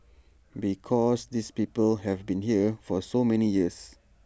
because these people have been here for so many years